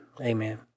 Amen